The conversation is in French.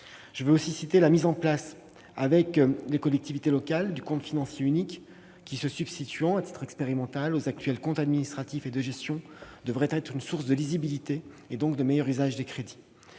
Je citerai également la mise en place, avec les collectivités territoriales, du compte financier unique, qui, se substituant à titre expérimental aux comptes administratifs et de gestion, devrait assurer une meilleure lisibilité, et donc un meilleur usage des crédits.